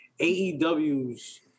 AEW's